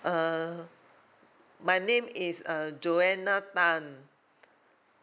err my name is err joanna tan